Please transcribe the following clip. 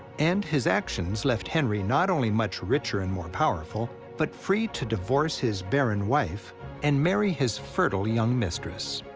and his actions left henry not only much richer and more powerful but free to divorce his barren wife and marry his fertile young mistress.